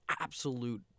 absolute